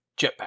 jetpack